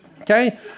Okay